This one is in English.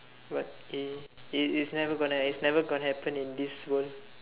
but it it's it's never it's never gonna happen in this world